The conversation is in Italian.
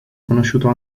conosciuto